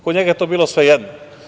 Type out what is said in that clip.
Kod njega je to bilo svejedno.